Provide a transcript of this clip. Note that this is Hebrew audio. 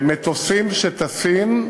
שמטוסים שטסים,